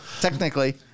technically